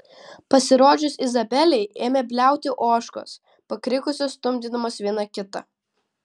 pasirodžius izabelei ėmė bliauti ožkos pakrikusios stumdydamos viena kitą